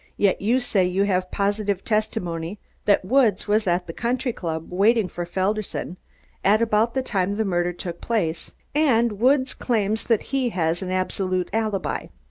yet you say you have positive testimony that woods was at the country-club waiting for felderson at about the time the murder took place, and woods claims that he has an absolute alibi.